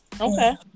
Okay